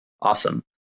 Awesome